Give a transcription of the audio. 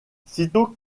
sitôt